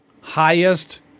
highest